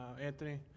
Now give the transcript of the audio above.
Anthony